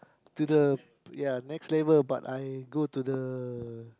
to the ya next level but I go to the